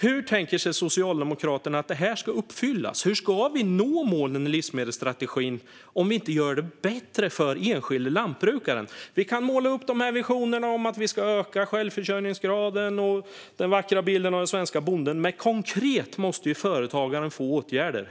Hur tänker sig Socialdemokraterna att detta ska uppfyllas? Hur ska vi nå målen i livsmedelsstrategin om vi inte gör det bättre för den enskilda lantbrukaren? Vi kan måla upp visionerna om att vi ska öka självförsörjningsgraden och den vackra bilden av den svenska bonden. Men konkret måste det vidtas åtgärder för företagaren.